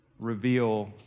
reveal